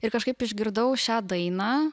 ir kažkaip išgirdau šią dainą